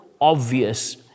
obvious